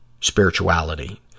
spirituality